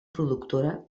productora